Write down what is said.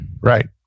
Right